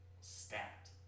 stacked